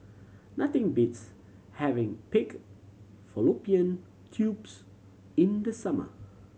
nothing beats having pig fallopian tubes in the summer